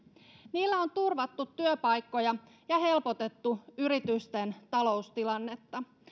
niillä on turvattu työpaikkoja ja helpotettu yritysten taloustilannetta